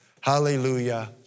Hallelujah